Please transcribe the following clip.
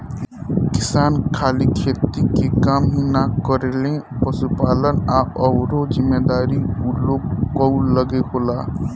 किसान खाली खेती के काम ही ना करेलें, पशुपालन आ अउरो जिम्मेदारी ऊ लोग कअ लगे होला